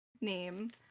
name